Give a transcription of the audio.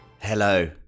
hello